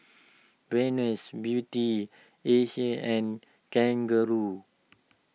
Venus Beauty Asics and Kangaroo